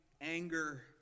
Anger